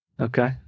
okay